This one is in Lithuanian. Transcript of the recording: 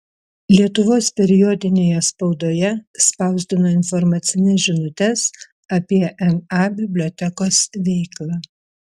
lietuvos periodinėje spaudoje spausdino informacines žinutes apie ma bibliotekos veiklą